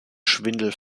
schwindel